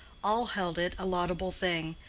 all held it a laudable thing,